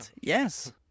Yes